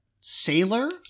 sailor